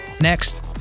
Next